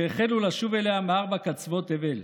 שהחלו לשוב אליה מארבע קצוות תבל.